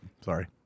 Sorry